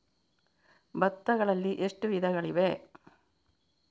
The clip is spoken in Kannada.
ಭತ್ತಗಳಲ್ಲಿ ಎಷ್ಟು ವಿಧಗಳಿವೆ?